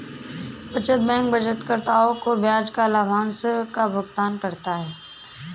बचत बैंक बचतकर्ताओं को ब्याज या लाभांश का भुगतान करता है